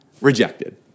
rejected